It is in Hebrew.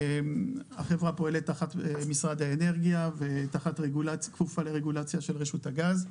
החברה פועלת תחת משרד האנרגיה וכפופה לרגולציה של רשות הגז.